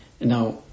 Now